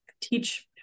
teach